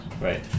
Right